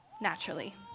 naturally